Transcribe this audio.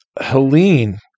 Helene